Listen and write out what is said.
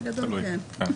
בגדול, כן.